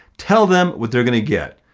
tell them what they're gonna get.